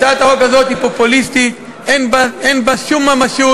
הצעת החוק הזאת היא פופוליסטית, אין בה שום ממשות.